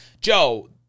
Joe